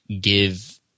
give